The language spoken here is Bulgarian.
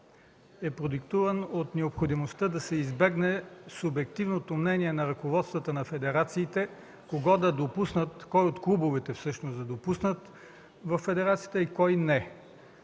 е продиктуван от необходимостта да се избегне субективното мнение на ръководствата на федерациите кой от клубовете да допуснат във федерацията, и кой не.